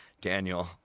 daniel